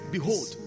Behold